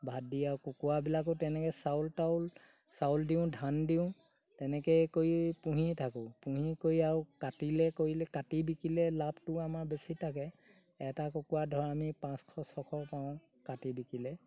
ভাত দি আৰু কুকুৱাবিলাকো তেনেকৈ চাউল তাউল চাউল দিওঁ ধান দিওঁ তেনেকৈয়ে কৰি পুহিয়ে থাকোঁ পুহি কৰি আৰু কাটিলে কৰিলে কাটি বিকিলে লাভটো আমাৰ বেছি থাকে এটা কুকুৰা ধৰ আমি পাঁচশ ছশ পাওঁ কাটি বিকিলে